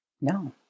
No